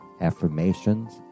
affirmations